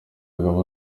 yavugaga